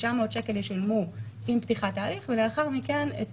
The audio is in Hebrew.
900 שקל ישולמו עם פתיחת ההליך ולאחר מכן את